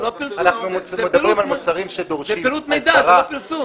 זה מידע לא פרסום.